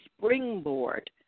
springboard